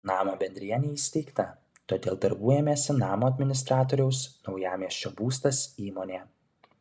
namo bendrija neįsteigta todėl darbų ėmėsi namo administratoriaus naujamiesčio būstas įmonė